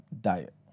diet